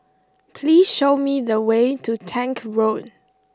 please show me the way to Tank Road